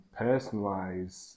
personalize